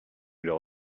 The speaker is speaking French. leur